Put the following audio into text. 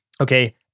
okay